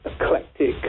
eclectic